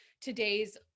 today's